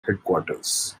headquarters